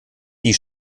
die